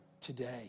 today